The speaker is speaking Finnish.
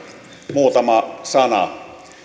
muutama sana